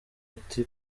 ati